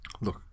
Look